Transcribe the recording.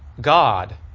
God